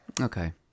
Okay